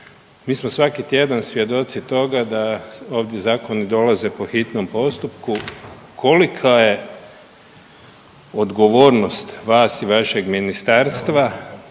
Mi smo svaki tjedan svjedoci toga da ovdje zakoni dolaze po hitnom postupku. Kolika je odgovornost vas i vašeg ministarstva